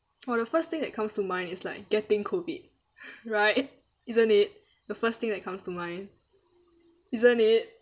oh the first thing that comes to mind is like getting COVID right isn't it the first thing that comes to mind isn't it